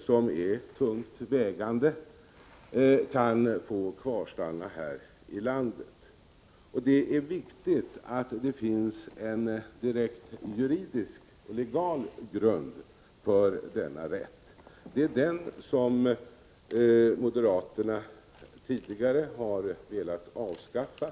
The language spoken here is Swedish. som är tungt vägande kan få kvarstanna här i landet. Det är viktigt att det finns en legal grund för denna rätt. Det är denna grund som moderaterna tidigare har velat avskaffa.